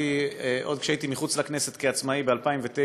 התחלתי עוד כשהייתי מחוץ לכנסת, כעצמאי, ב-2009.